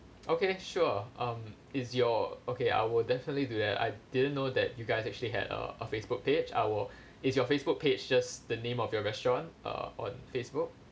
okay sure um is your okay I will definitely do that I didn't know that you guys actually had uh a Facebook page I will is your Facebook page just the name of your restaurant uh on Facebook